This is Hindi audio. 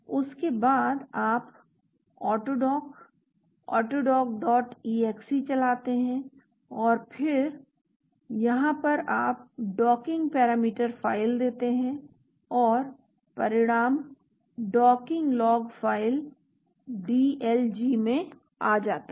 उसके बाद आप ऑटोडॉक AutoDockexe चलाते हैं और फिर यहाँ पर आप डॉकिंग पैरामीटर फ़ाइल देते हैं और परिणाम डॉकिंग लॉग फ़ाइल DLG में आ जाता है